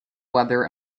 weather